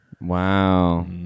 Wow